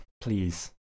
please